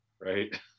right